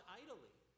idly